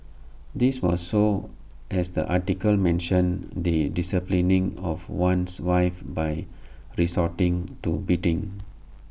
this was so as the article mentioned the disciplining of one's wife by resorting to beating